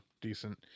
decent